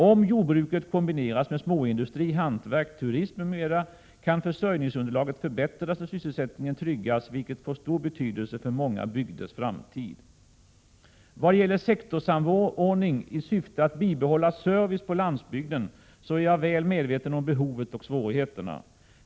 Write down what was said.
Om jordbruket kombineras med småindustri, hantverk, turism m.m. kan försörjningsunderlaget förbättras och sysselsättningen tryggas, vilket får stor betydelse för många bygders framtid. Vad gäller sektorssamordning i syfte att bibehålla service på landsbygden så är jag väl medveten om behovet och svårigheterna.